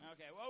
Okay